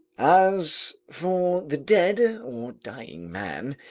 as for the dead or dying man,